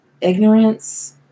Ignorance